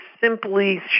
simply